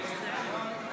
אדוני היושב-ראש.